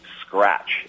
Scratch